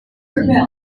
the